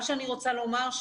מה שאני רוצה לומר,